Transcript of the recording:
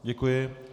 Děkuji.